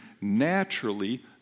naturally